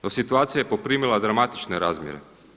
Jer situacija je poprimila dramatične razmjere.